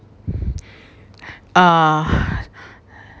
uh